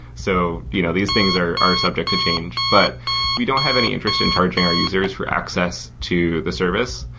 so you know these things are subject subject to change, but we don't have any interest in charging our users for access to the service.